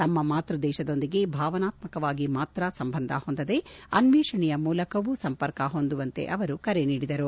ತಮ್ಮ ಮಾತೃ ದೇಶದೊಂದಿಗೆ ಭಾವನಾತ್ಮಕವಾಗಿ ಮಾತ್ರ ಸಂಬಂಧ ಹೊಂದದೆ ಅನ್ನೇಷಣೆಯ ಮೂಲಕವು ಸಂಪರ್ಕ ಹೊಂದುವಂತೆ ಕರೆ ನೀಡಿದರು